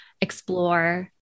explore